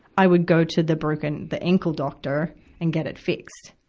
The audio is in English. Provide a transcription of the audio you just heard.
i would go to the broken, the ankle doctor and get it fixed.